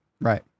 Right